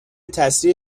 تسریع